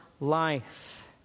life